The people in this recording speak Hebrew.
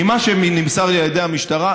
ממה שנמסר לי על ידי המשטרה,